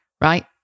Right